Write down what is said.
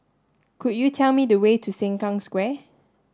could you tell me the way to Sengkang Square